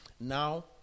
Now